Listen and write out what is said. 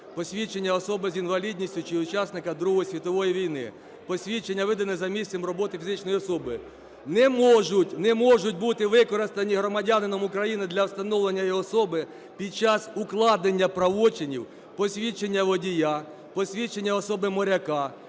посвідчення особи з інвалідністю чи учасника Другої світової війни, посвідчення, видане за місцем роботи фізичної особи. Не можуть, не можуть бути використані громадянином України для встановлення його особи під час укладення правочинів: посвідчення водія, посвідчення особи моряка,